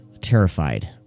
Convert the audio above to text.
terrified